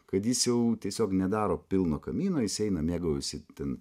kad jis jau tiesiog nedaro pilno kamino jis eina mėgaujasi ten